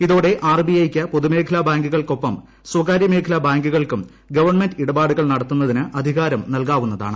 ഇതോടെ ആർ ്ബി ഐക്ക് പൊതുമേഖലാ ബാങ്കുകൾക്കൊപ്പം സ്വകാര്യ മേഖലാ ബാങ്കുകൾക്കും ഗവൺമെന്റ് ഇടപാടുകൾ നടത്തുന്നതിന് അധികാരം നൽകാവുന്നതാണ്